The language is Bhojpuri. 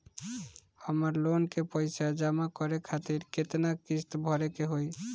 हमर लोन के पइसा जमा करे खातिर केतना किस्त भरे के होई?